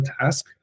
task